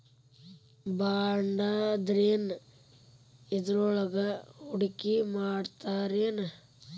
ಬಾಂಡಂದ್ರೇನ್? ಇದ್ರೊಳಗು ಹೂಡ್ಕಿಮಾಡ್ತಾರೇನು?